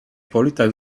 politak